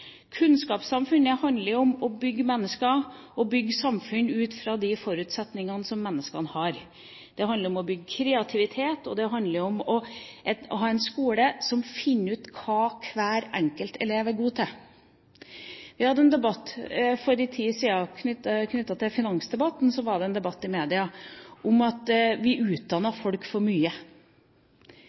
kunnskapssamfunnet. Kunnskapssamfunnet handler om å bygge mennesker og bygge samfunn ut fra de forutsetninger menneskene har. Det handler om å bygge kreativitet, det handler om å ha en skole som finner ut hva hver enkelt elev er god til. Knyttet til finansdebatten var det en debatt i media for en tid siden om at vi utdannet folk for mye.